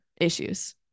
issues